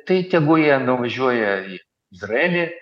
tai tegu jie nuvažiuoja į izraelį